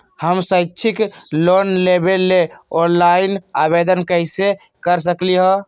हम शैक्षिक लोन लेबे लेल ऑनलाइन आवेदन कैसे कर सकली ह?